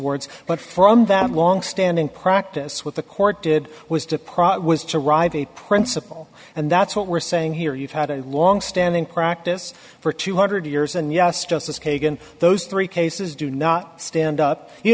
awards but from that longstanding practice with the court did was to prop was to arrive a principle and that's what we're saying here you've had a longstanding practice for two hundred years and yes justice kagan those three cases do not stand up you